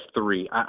three